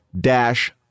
dash